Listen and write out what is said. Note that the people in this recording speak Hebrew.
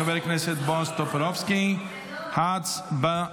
אושרה בקריאה